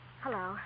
Hello